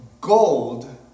gold